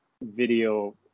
video